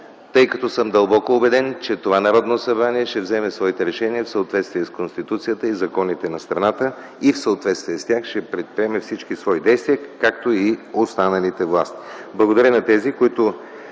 тъй като съм дълбоко убеден, че това Народно събрание ще вземе своите решения в съответствие с Конституцията и законите на страната и в съответствие с тях ще предприеме всички свои действия, както и останалите власти.